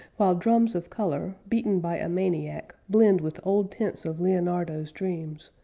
while drums of color beaten by a maniac blend with old tints of leonardo's dreams,